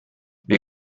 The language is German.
wir